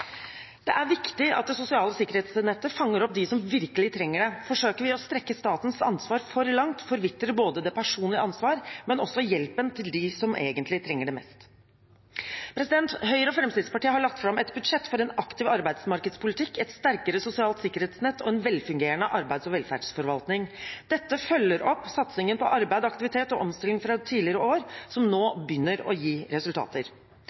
Det er viktig at det sosiale sikkerhetsnettet fanger opp dem som virkelig trenger det. Forsøker vi å strekke statens ansvar for langt, forvitrer det personlige ansvar, men også hjelpen til dem som egentlig trenger det mest. Høyre og Fremskrittspartiet har lagt fram et budsjett for en aktiv arbeidsmarkedspolitikk, et sterkere sosialt sikkerhetsnett og en velfungerende arbeids- og velferdsforvaltning. Dette følger opp satsingen på arbeid, aktivitet og omstilling fra tidligere år, som nå begynner å gi resultater.